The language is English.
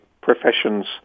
professions